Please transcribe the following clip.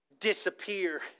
disappear